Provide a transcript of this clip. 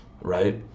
right